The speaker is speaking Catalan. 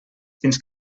fins